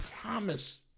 promise